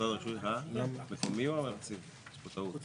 מקרה הסמכויות הן רק לגבי נושאים שייקבעו בתקנות.